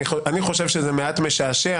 אני חושב שזה מעט משעשע,